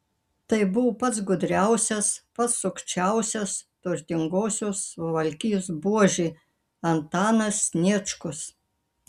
tai buvo pats gudriausias pats sukčiausias turtingosios suvalkijos buožė antanas sniečkus